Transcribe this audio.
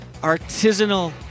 artisanal